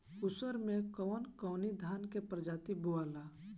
उसर मै कवन कवनि धान के प्रजाति बोआला?